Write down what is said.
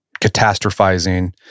catastrophizing